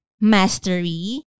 mastery